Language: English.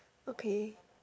okay